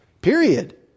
Period